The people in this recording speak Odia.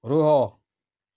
ରୁହ